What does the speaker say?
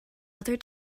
other